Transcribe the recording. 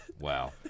Wow